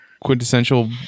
quintessential